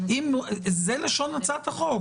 זאת לשון הצעת החוק.